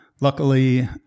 Luckily